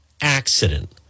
accident